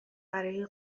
برای